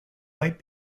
might